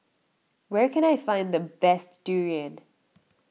where can I find the best Durian